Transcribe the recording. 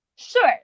sure